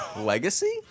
Legacy